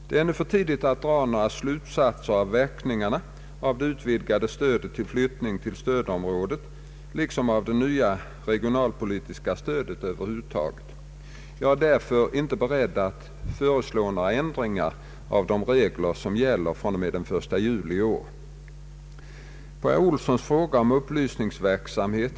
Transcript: Det är ännu för tidigt att dra några slutsatser av verkningarna av det utvidgade stödet till flyttning till stödområdet liksom av det nya regionalpolitiska stödet över huvud taget. Jag är därför inte beredd att föreslå några ändringar av de regler som gäller fr.o.m. den 1 juli i år.